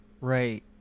Right